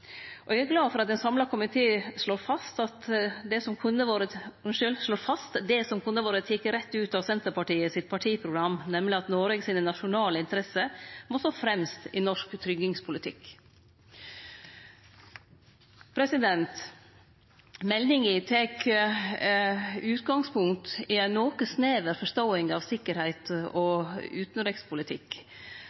sjølvstende. Eg er glad for at ein samla komité slår fast det som kunne ha vore teke rett ut av Senterpartiet sitt partiprogram, nemleg at Noreg sine nasjonale interesser må stå fremst i norsk sikkerheitspolitikk. Meldinga tek utgangspunkt i ei noka snever forståing av sikkerheits- og utanrikspolitikk